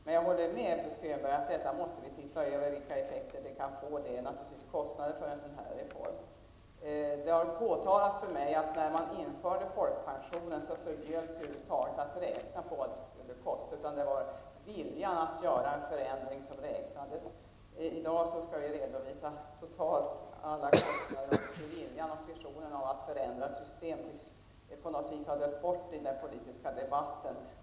Men jag håller med Bo Könberg om att vi måste se efter vilka effekterna blir. Det kostar naturligtvis att införa en sådan här reform. Det har för mig påtalats att när folkpensionen infördes förbjöd man att över huvud taget räkna på kostnaden. Det var viljan att göra en förändring som räknades. Vi skall i dag redovisa alla totala kostnader. Viljan och visionen om att förändra ett system har på något vis dött bort i den politiska debatten.